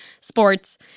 sports